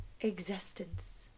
existence